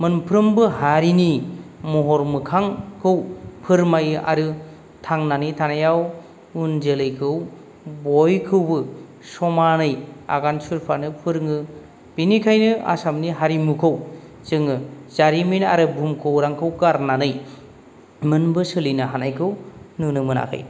मोनफ्रोमबो हारिनि महर मोखांखौ फोरमायो आरो थांनानै थानायाव उन जोलैखौ बयखौबो समानै आगान सुरफानो फोरोङो बिनिखायनो आसामनि हारिमुखौ जोङो जारिमिन आरो भुमखौरांखौ गारनानै मोनबो सोलिनो हानायखौ नुनो मोनाखै